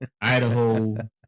Idaho